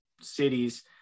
cities